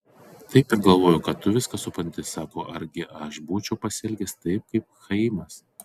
taip ir galvojau kad tu viską supranti sako argi aš būčiau pasielgęs taip kaip chaimas